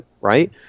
right